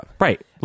Right